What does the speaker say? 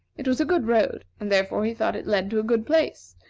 it was a good road and therefore he thought it led to a good place,